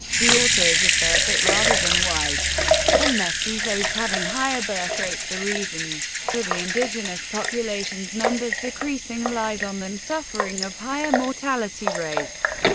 the authors assert that rather than whites and mestizos having higher birthrates, the reason for the indigenous population's numbers decreasing lies on them suffering of higher mortality rates,